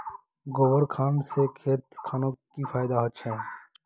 गोबर खान से खेत खानोक की फायदा होछै?